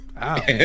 Wow